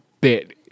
bit